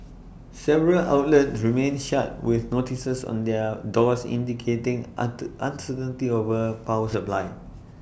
several outlets remained shut with notices on their doors indicating onto uncertainty over power supply